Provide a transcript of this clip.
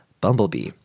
Bumblebee